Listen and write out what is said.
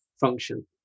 function